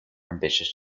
ambitious